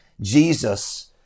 Jesus